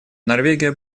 норвегия